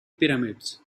pyramids